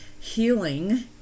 healing